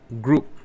group